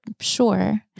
Sure